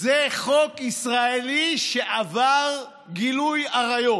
זה חוק ישראלי שעבר גילוי עריות.